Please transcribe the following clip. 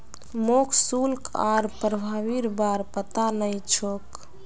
मोक शुल्क आर प्रभावीर बार पता नइ छोक